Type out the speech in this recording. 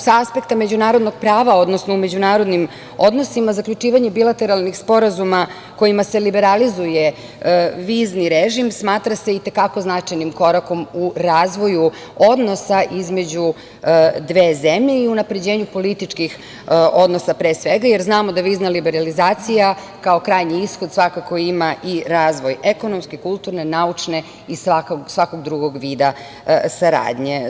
Sa aspekta međunarodnog prava, odnosno u međunarodnim odnosima zaključivanje bilateralnih sporazuma kojima se liberalizuje vizni režim smatra se i te kako značajnim korakom u razvoju odnosa između dve zemlje i unapređenju političkih odnosa, pre svega, jer znamo da vizna liberalizacija kao krajnji ishod svakako ima i razvoj ekonomske, kulturne, naučne i svakog drugog vida saradnje.